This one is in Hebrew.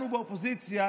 אנחנו באופוזיציה,